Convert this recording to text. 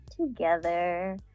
together